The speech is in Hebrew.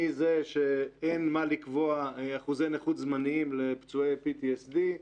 החל בזה שאין מה לקבוע אחוזי נכות זמניים לפצועי PTSD,